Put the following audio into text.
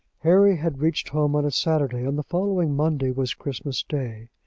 harry had reached home on a saturday, and the following monday was christmas-day.